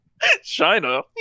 China